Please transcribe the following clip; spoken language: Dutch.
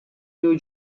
nieuwe